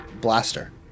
blaster